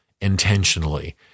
intentionally